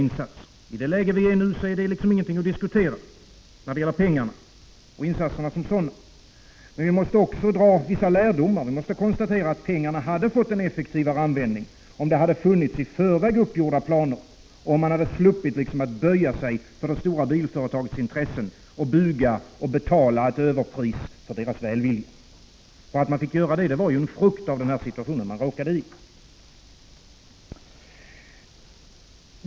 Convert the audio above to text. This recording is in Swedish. I nuvarande läge kan det inte vara någon diskussion om detta när det gäller pengarna och insatserna som sådana, men vi måste också dra vissa lärdomar av det inträffade. Vi kan konstatera att pengarna hade fått en effektivare användning, om det funnits i förväg uppgjorda planer och om man sluppit att böja sig för det stora bilföretagets intressen och betala ett överpris för dess välvilja. Att man fick göra det var ju en frukt av den situation som man hade råkat in i.